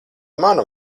manu